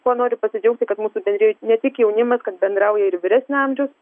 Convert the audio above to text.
kuo noriu pasidžiaugti kad mūsų bendrijoj ne tik jaunimas kad bendrauja ir vyresnio amžiaus